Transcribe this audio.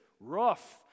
rough